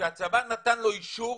כשהצבא נתן לו אישור